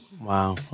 Wow